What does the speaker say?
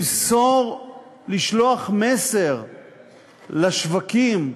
לשלוח מסר לשווקים,